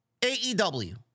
AEW